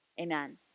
Amen